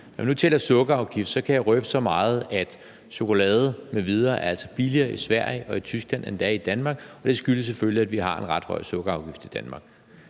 Når vi nu taler om sukkerafgift, kan jeg røbe så meget, at chokolade m.v. altså er billigere i Sverige og Tyskland, end det er i Danmark, og det skyldes selvfølgelig, at vi har en ret høj sukkerafgift i Danmark.